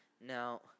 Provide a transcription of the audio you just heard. Now